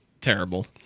Terrible